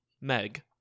meg